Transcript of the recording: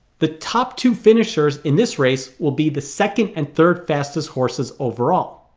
the top two finishers in this race will be the second and third fastest horses overall